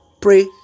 pray